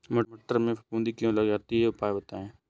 मटर में फफूंदी क्यो लग जाती है उपाय बताएं?